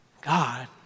God